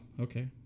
Okay